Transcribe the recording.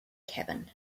cabin